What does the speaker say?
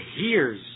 hears